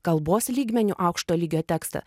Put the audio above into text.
kalbos lygmeniu aukšto lygio tekstą